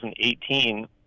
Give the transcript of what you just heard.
2018